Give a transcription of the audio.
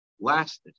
lasted